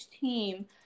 team